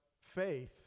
faith